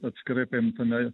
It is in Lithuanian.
atskirai paimtame